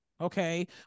Okay